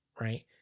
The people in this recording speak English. right